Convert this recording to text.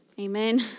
Amen